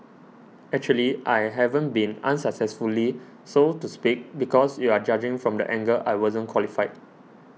actually I haven't been unsuccessfully so to speak because you are judging from the angle I wasn't qualified